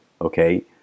okay